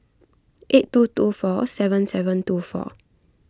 eight two two four seven seven two four